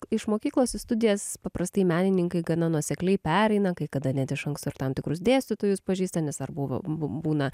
iš mokyklos į studijas paprastai menininkai gana nuosekliai pereina kai kada net iš anksto tam tikrus dėstytojus pažįsta nes dar buvo būna